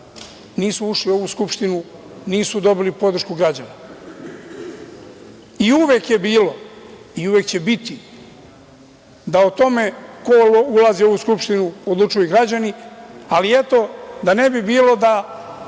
nisu ušli u ovu Skupštinu, nisu dobili podršku građana. Uvek je bilo i uvek će biti da o tome ko ulazi u ovu Skupštinu odlučuju građani, ali eto da ne bi bilo da